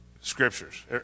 Scriptures